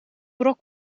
wrok